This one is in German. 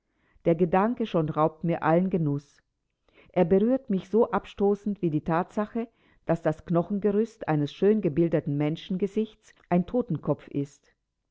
der gedanke schon raubt mir allen genuß er berührt mich so abstoßend wie die thatsache daß das knochengerüst eines schöngebildeten menschengesichts ein totenkopf ist